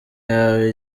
yawe